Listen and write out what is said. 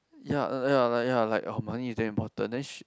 ya uh ya like ya like her money is damn important then she